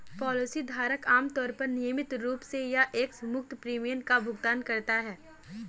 policy धारक आमतौर पर नियमित रूप से या एकमुश्त प्रीमियम का भुगतान करता है